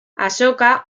azoka